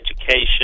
education